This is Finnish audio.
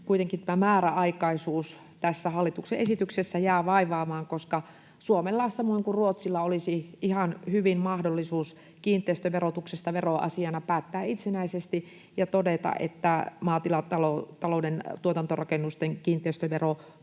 kuitenkin tämä määräaikaisuus tässä hallituksen esityksessä jää vaivaamaan, koska Suomella, samoin kuin Ruotsilla, olisi ihan hyvin mahdollisuus kiinteistöverotuksesta veroasiana päättää itsenäisesti ja todeta, että maatilatalouden tuotantorakennusten kiinteistövero